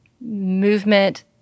movement